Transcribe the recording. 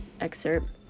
excerpt